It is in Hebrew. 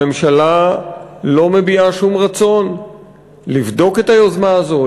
הממשלה לא מביעה שום רצון לבדוק את היוזמה הזו,